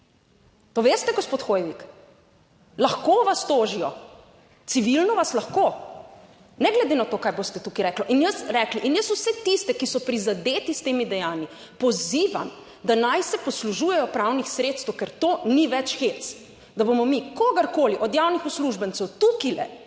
Poveste, gospod Hoivik, lahko vas tožijo, civilno vas lahko, ne glede na to, kaj boste tukaj rekli. In jaz rekli, in jaz vse tiste, ki so prizadeti s temi dejanji pozivam, da naj se poslužujejo pravnih sredstev, ker to ni več hec, da bomo mi kogarkoli od javnih uslužbencev tukaj